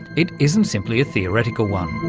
it isn't simply a theoretical one.